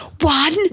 one